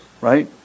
right